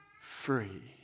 free